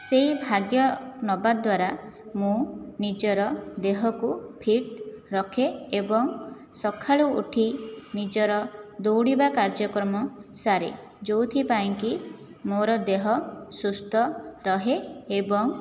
ସେହି ଭାଗ୍ୟ ନେବା ଦ୍ୱାରା ମୁଁ ନିଜର ଦେହକୁ ଫିଟ ରଖେ ଏବଂ ସକାଳୁ ଉଠି ନିଜର ଦୌଡ଼ିବା କାର୍ଯ୍ୟକ୍ରମ ସାରେ ଯେଉଁଥି ପାଇଁକି ମୋର ଦେହ ସୁସ୍ଥ ରହେ ଏବଂ